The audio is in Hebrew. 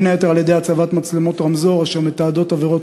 בין היתר בהצבת מצלמות רמזור אשר מתעדות עבירות